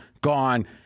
gone